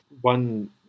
One